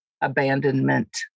abandonment